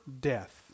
death